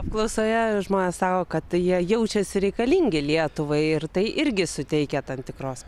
apklausoje žmonės sako kad jie jaučiasi reikalingi lietuvai ir tai irgi suteikia tam tikros